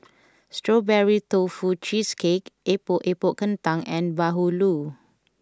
Strawberry Tofu Cheesecake Epok Epok Kentang and Bahulu